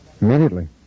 Immediately